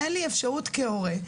אין לי אפשרות כהורה,